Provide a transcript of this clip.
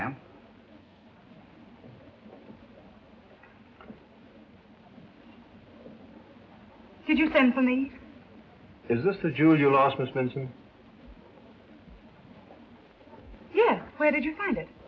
am